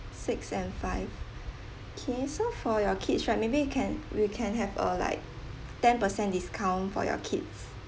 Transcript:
six and five okay so for your kids right maybe you can we can have a like ten per cent discount for your kids